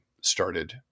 started